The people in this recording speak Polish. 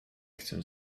chcę